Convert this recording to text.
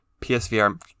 PSVR